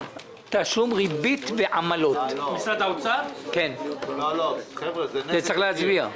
את זה צריך להעביר.